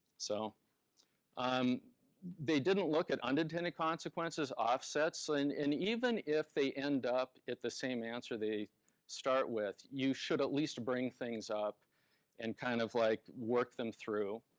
so um they didn't look at unintended consequences, offsets. and and even if they end up at the same answer they start with, you should at least bring things and kind of like work them through.